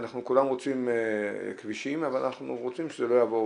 אנחנו כולם רוצים כבישים אבל אנחנו רוצים שזה לא יעבור